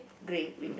grey window